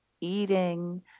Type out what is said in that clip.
eating